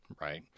Right